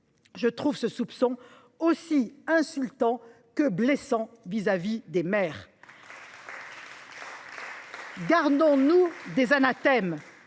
Je trouve ce soupçon aussi insultant que blessant vis à vis des maires. Gardons nous des anathèmes